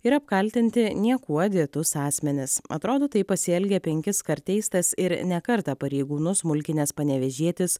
ir apkaltinti niekuo dėtus asmenis atrodo taip pasielgė penkiskart teistas ir ne kartą pareigūnus mulkinęs panevėžietis